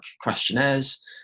questionnaires